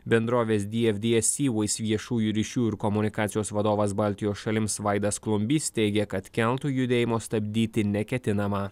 bendrovės dfds seaways viešųjų ryšių ir komunikacijos vadovas baltijos šalims vaidas klumbys teigė kad keltų judėjimo stabdyti neketinama